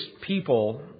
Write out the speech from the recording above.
people